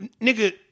nigga